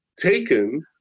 taken